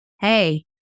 hey